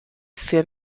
für